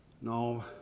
No